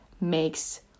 makes